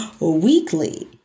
weekly